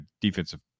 defensive